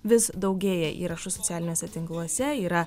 vis daugėja įrašų socialiniuose tinkluose yra